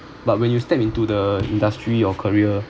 but when you step into the industry or career